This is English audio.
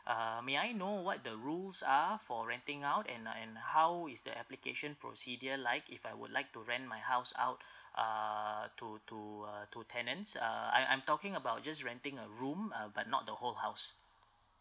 ah may I know what the rules are for renting out and uh and how is the application procedure like if I would like to rent my house out ah to to uh to tenants uh I I'm talking about just renting a room uh but not the whole house